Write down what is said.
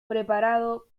preparado